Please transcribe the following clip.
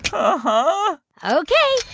uh-huh ok